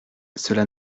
cela